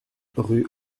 rue